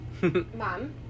Mom